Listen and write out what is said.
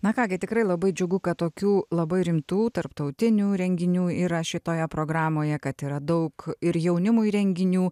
na ką gi tikrai labai džiugu kad tokių labai rimtų tarptautinių renginių yra šitoje programoje kad yra daug ir jaunimui renginių